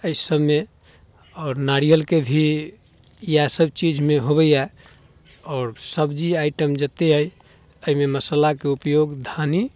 एहि सभमे आओर नारियलके भी इएह सभ चीजमे होबैया आओर सब्जी आइटम जतेक अइ एहिमे मसालाके उपयोग धनि